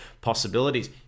possibilities